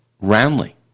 roundly